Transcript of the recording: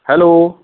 hello